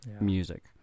music